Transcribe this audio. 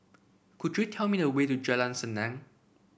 could you tell me the way to Jalan Senang